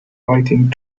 writing